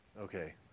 Okay